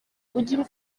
ujye